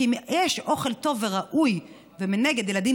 כי אם יש אוכל טוב וראוי ומנגד ילדים